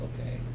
okay